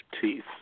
teeth